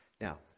Now